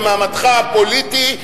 במעמדך הפוליטי,